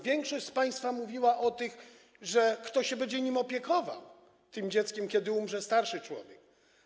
Większość z państwa mówiła o tym, kto się będzie opiekował takim dzieckiem, kiedy umrze starszy człowiek.